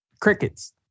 Crickets